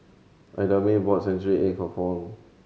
Idamae bought century egg for Fount